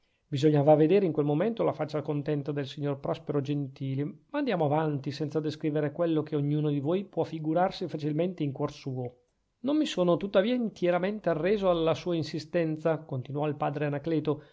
bisognava vedere in quel momento la faccia contenta del signor prospero gentili ma andiamo avanti senza descrivere quello che ognuno di voi può figurarsi facilmente in cuor suo non mi sono tuttavia intieramente arreso alla sua insistenza continuò il padre anacleto